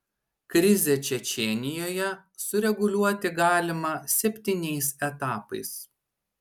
krizę čečėnijoje sureguliuoti galima septyniais etapais